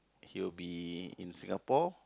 he will be in Singapore